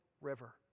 river